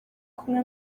kumwe